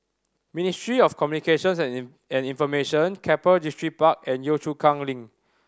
Ministry of Communications and Information Keppel Distripark and Yio Chu Kang Link